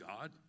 God